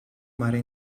mare